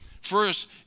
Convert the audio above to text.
First